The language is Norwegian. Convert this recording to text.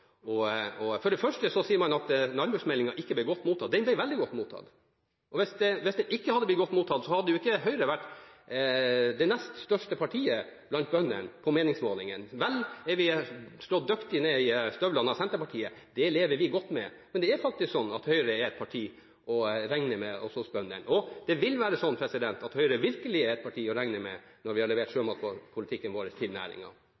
av representanten. For det første sier hun at landbruksmeldingen ikke ble godt mottatt. Den ble veldig godt mottatt. Hvis den ikke hadde blitt godt mottatt, hadde ikke Høyre vært det nest største partiet blant bøndene på meningsmålingene. Vel er vi slått dyktig ned i støvlene av Senterpartiet – det lever vi godt med – men det er faktisk sånn at Høyre er et parti å regne med også blant bøndene. Det vil være sånn at Høyre virkelig er å regne med når vi har levert meldingen om sjømatpolitikken vår til